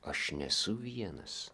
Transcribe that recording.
aš nesu vienas